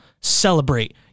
celebrate